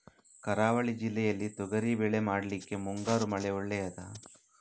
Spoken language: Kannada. ಕರಾವಳಿ ಜಿಲ್ಲೆಯಲ್ಲಿ ತೊಗರಿಬೇಳೆ ಮಾಡ್ಲಿಕ್ಕೆ ಮುಂಗಾರು ಮಳೆ ಒಳ್ಳೆಯದ?